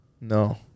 no